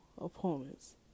opponents